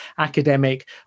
academic